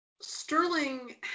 Sterling